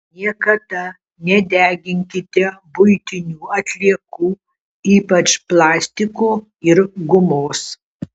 niekada nedeginkite buitinių atliekų ypač plastiko ir gumos